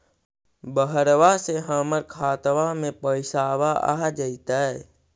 बहरबा से हमर खातबा में पैसाबा आ जैतय?